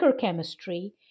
chemistry